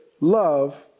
love